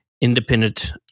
independent